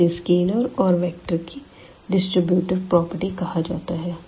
इसे स्केलर और वेक्टर की डिस्ट्रीब्यूटिव प्रॉपर्टी कहा जाता है